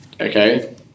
Okay